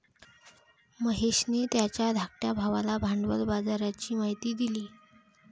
महेशने त्याच्या धाकट्या भावाला भांडवल बाजाराची माहिती दिली